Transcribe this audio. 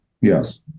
Yes